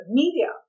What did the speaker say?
media